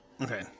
Okay